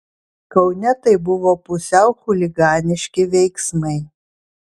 kaune tai buvo pusiau chuliganiški veiksmai